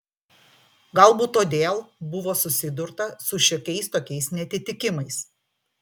galbūt todėl buvo susidurta su šiokiais tokiais neatitikimais